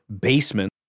basement